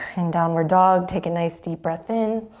in downward dog, take a nice, deep breath in.